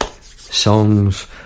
Songs